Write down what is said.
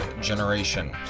generation